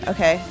Okay